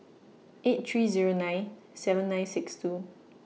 eight three Zero nine seven nine six two